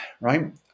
right